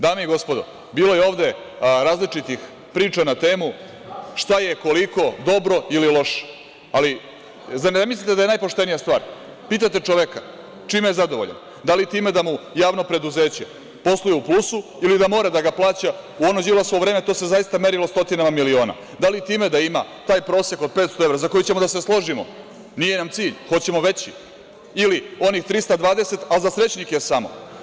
Dame i gospodo, bilo je ovde različitih priča na temu šta je koliko dobro ili loše, ali zar ne mislite da je najpoštenija stvar da pitate čoveka čime je zadovoljan, da li time da mu javno preduzeće posluje u plusu ili da mora da ga plaća, u ono Đilasovo vreme to se zaista merilo stotinama miliona, da li time da ima taj prosek od 500 evra, za koji ćemo da se složimo, nije nam cilj, hoćemo veći, ili onih 320, ali za srećnike samo?